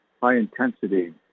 high-intensity